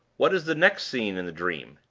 what is the next scene in the dream?